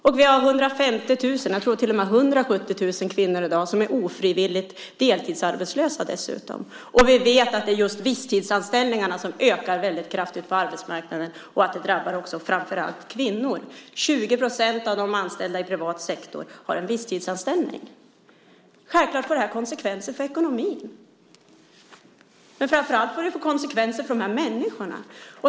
Vi har i dag 150 000 kvinnor, eller till och med 170 000, som är ofrivilligt deltidsarbetslösa, och vi vet att just visstidsanställningarna ökar kraftigt på arbetsmarknaden, vilket främst drabbar kvinnor. 20 % av de anställda i privat sektor har visstidsanställning. Självklart får detta konsekvenser för ekonomin, men framför allt får det konsekvenser för dessa människor.